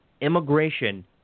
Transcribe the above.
immigration